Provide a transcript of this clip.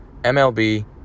MLB